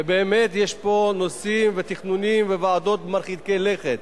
ובאמת יש פה נושאים ותכנונים וועדות מרחיקי לכת.